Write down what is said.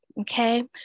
Okay